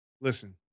Listen